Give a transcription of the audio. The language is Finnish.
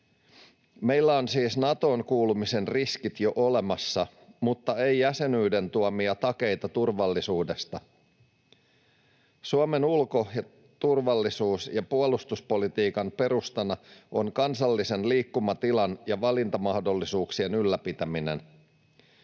Meillä on siis Natoon kuulumisen riskit jo olemassa, mutta ei jäsenyyden tuomia takeita turvallisuudesta. Suomen ulko-, turvallisuus- ja puolustuspolitiikan perustana on kansallisen liikkumatilan ja valintamahdollisuuksien ylläpitäminen.